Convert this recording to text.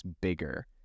bigger